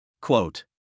Quote